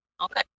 Okay